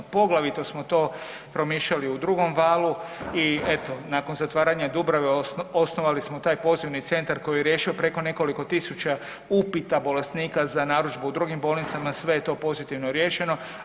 Poglavito smo to promišljali u drugom valu i eto nakon zatvaranja Dubrave osnovali smo taj pozivni centar koji je riješio preko nekoliko tisuća upita bolesnika za narudžbu u drugim bolnicama, sve je to pozitivno riješeno.